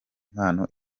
impano